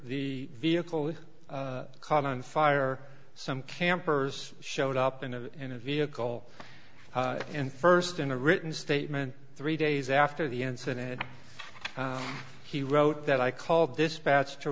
the vehicle caught on fire some campers showed up in a in a vehicle in st in a written statement three days after the incident he wrote that i called dispatch to